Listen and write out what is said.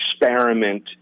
experiment